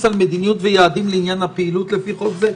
על מדיניות ויעדים לעניין הפעילות לפי חוק זה.